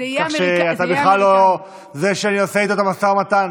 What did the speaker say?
כך שאתה בכלל לא זה שאני עושה איתו את המשא ומתן.